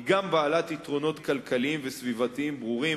היא גם בעלת יתרונות כלכליים וסביבתיים ברורים,